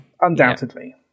undoubtedly